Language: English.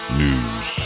news